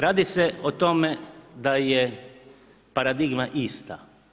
Radi se o tome da je paradigma ista.